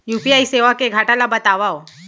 UPI सेवा के घाटा ल बतावव?